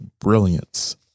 brilliance